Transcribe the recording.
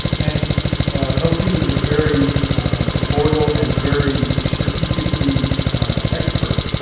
and el cid is a very loyal and very strategically expert